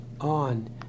on